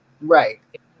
Right